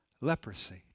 leprosy